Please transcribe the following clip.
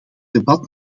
debat